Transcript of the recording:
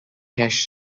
cash